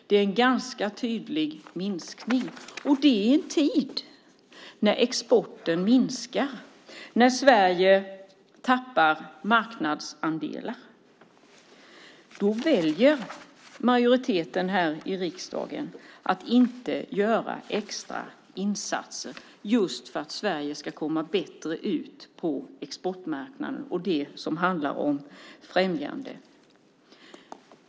Det är en ganska tydlig minskning, och det i en tid när exporten minskar och Sverige tappar markandsandelar. Då väljer majoriteten här i riksdagen att inte göra extra insatser för att Sverige ska komma bättre ut på exportmarknaden och när det handlar om främjande.